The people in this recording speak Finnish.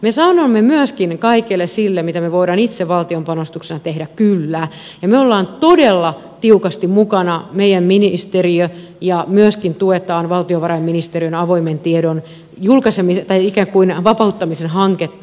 me sanomme kyllä myöskin kaikelle sille mitä me voimme itse valtion panostuksella tehdä ja me olemme todella tiukasti mukana meidän ministeriö ja myöskin tuemme valtiovarainministeriön avoimen tiedon vapauttamisen hanketta